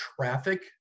traffic